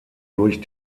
durch